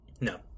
No